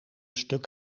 stuk